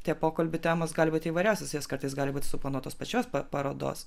tie pokalbių temos gali būt įvairiausios jos kartais gali būti suplanuotos pačios parodos